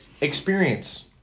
experience